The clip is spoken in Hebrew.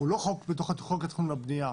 הוא לא חוק בתוך חוק התכנון והבנייה,